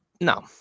No